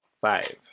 Five